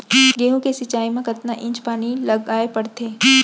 गेहूँ के सिंचाई मा कतना इंच पानी लगाए पड़थे?